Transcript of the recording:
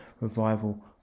revival